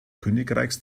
königreichs